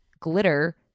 Glitter